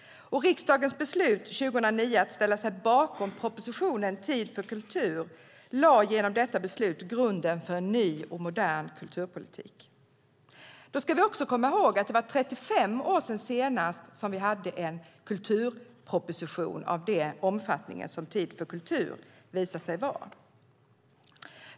Riksdagens beslutade 2009 att ställa sig bakom propositionen Tid för kultur . Genom detta beslut lades grunden för en ny och modern kulturpolitik. Vi ska också komma ihåg att det var 35 år sedan vi senast hade en kulturproposition av den omfattning som Tid för kultur visade sig ha.